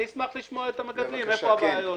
אני אשמח לשמוע מהמגדלים איפה הבעיות.